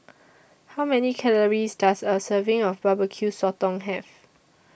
How Many Calories Does A Serving of Barbecue Sotong Have